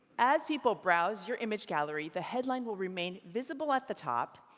as people browse your image gallery, the headline will remain visible at the top,